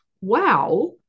Wow